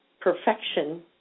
perfection